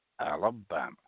Alabama